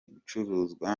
gucuruzwa